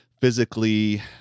physically